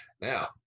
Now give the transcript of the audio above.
Now